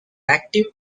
active